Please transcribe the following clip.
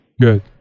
Good